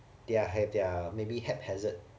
they have their maybe haphazard